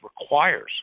requires